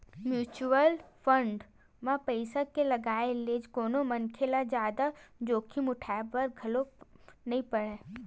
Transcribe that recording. mutual fund म पइसा के लगाए ले कोनो मनखे ल जादा जोखिम उठाय बर घलो नइ परय